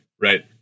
right